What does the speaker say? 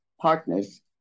partners